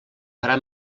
farà